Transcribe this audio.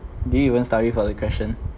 did you even study for the question